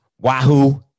Wahoo